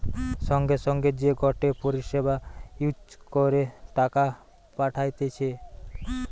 সঙ্গে সঙ্গে যে গটে পরিষেবা ইউজ করে টাকা পাঠতিছে